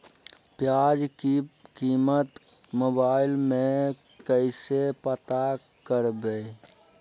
प्याज की कीमत मोबाइल में कैसे पता करबै?